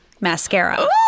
Mascara